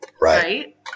Right